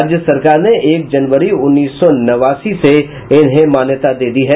राज्य सरकार ने एक जनवरी उन्नीस सौ नवासी के इन्हें मान्यता दे दी है